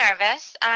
nervous